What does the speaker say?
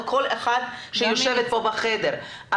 או כל אחת שיושבת כאן בחדר,